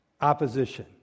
Opposition